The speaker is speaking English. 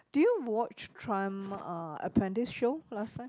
do you watch Trump uh apprentice show last time